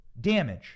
damage